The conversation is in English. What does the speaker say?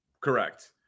correct